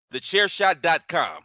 TheChairShot.com